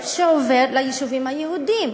שעובר ליישובים היהודיים.